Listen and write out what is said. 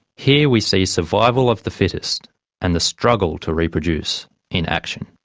here we see survival of the fittest and the struggle to reproduce in action.